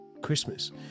Christmas